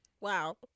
Wow